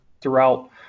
throughout